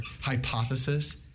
hypothesis